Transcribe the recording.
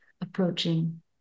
approaching